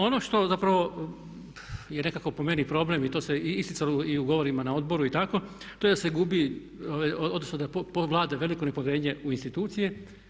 Ono što zapravo je po meni nekako problem i to se isticalo i u govorim na odboru i tako, to je da se gubi, odnosno da vlada veliko nepovjerenje u institucije.